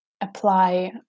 apply